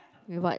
with what